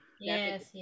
yes